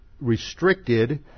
restricted